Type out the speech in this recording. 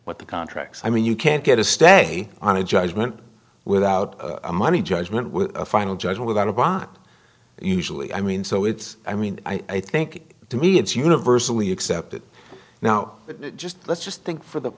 what the contracts i mean you can't get a stay on a judgment without a money judgment with a final judge without a bought usually i mean so it's i mean i think to me it's universally accepted now that just let's just think for the